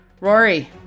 Rory